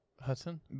Hudson